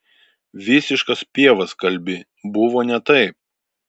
visiškas pievas kalbi buvo ne taip